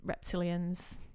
reptilians